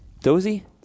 Dozy